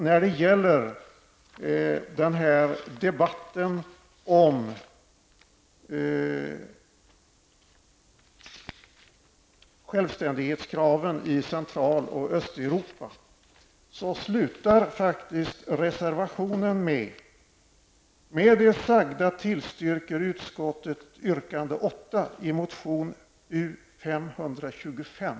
När det gäller debatten om självständighetskraven i Central och Östeuropa slutar faktiskt reservationen med: ''Med det sagda tillstyrker utskottet yrkande 8 i motion U525.''